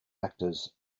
actors